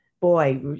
boy